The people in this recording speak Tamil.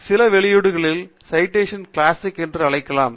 சில வெளியீடுகளை சைடேசன் கிளாசிக் என்று அழைக்கலாம்